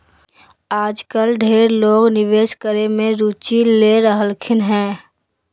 आजकल ढेर लोग निवेश करे मे रुचि ले रहलखिन हें